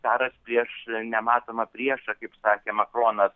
karas prieš nematomą priešą kaip sakė makronas